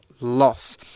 loss